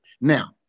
Now